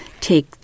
Take